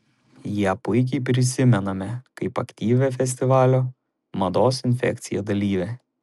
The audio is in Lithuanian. ją puikiai prisimename kaip aktyvią festivalio mados infekcija dalyvę